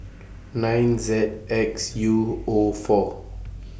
nine Z X U O four